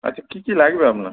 আচ্ছা কী কী লাগবে আপনার